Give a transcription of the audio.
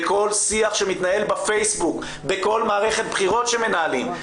בכל שיח שמתנהל בפייסבוק בכל מערכת בחירות שמנהלים,